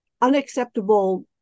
unacceptable